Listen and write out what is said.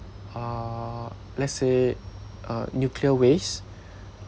uh let's say uh nuclear waste